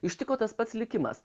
ištiko tas pats likimas